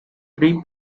three